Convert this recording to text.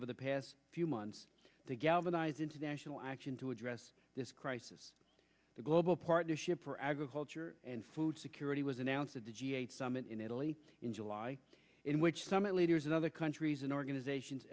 over the past few months to galvanize international action to address this crisis the global partnership for agriculture and food security was announced at the g eight summit in italy in july in which summit leaders of other countries and organizations